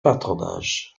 patronage